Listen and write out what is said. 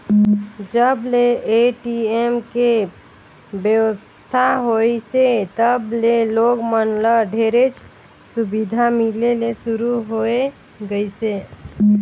जब ले ए.टी.एम के बेवस्था होइसे तब ले लोग मन ल ढेरेच सुबिधा मिले ले सुरू होए गइसे